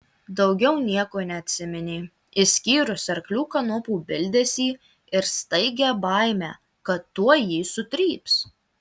daugiau nieko neatsiminė išskyrus arklių kanopų bildesį ir staigią baimę kad tuoj jį sutryps